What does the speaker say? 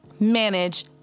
manage